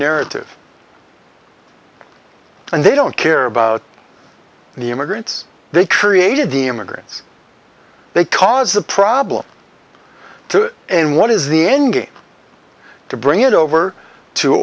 narrative and they don't care about the immigrants they created the immigrants they cause the problem and what is the end game to bring it over to